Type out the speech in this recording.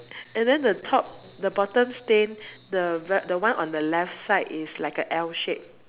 and then the top the bottom stain the v~ one on the left side is like a L shape